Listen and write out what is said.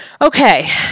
Okay